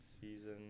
season